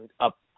up